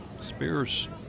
Spears